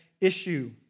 issue